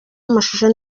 amashusho